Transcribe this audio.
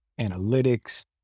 analytics